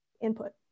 input